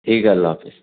ٹھیک ہے اللہ حافظ